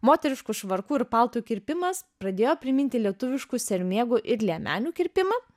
moteriškų švarkų ir paltų kirpimas pradėjo priminti lietuviškų sermėgų ir liemenių kirpimą